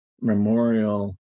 Memorial